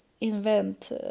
invent